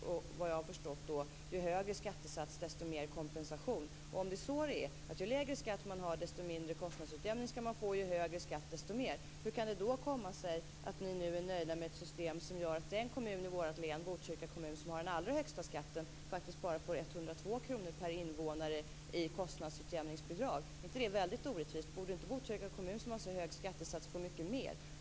Såvitt jag har förstått gäller då: Ju högre skattesats, desto mer kompensation. Om det är så det är innebär det att ju lägre skatt man har, desto mindre kostnadsutjämning skall man få, ju högre skatt, desto mer. Hur kan det då komma sig att ni nu är nöjda med ett system som gör att den kommun i vårt län, Botkyrka kommun, som har den allra högsta skatten faktiskt bara får 102 kr per invånare i kostnadsutjämningsbidrag? Är inte det väldigt orättvist? Borde inte Botkyrka kommun, som har så hög skattesats, få mycket mer?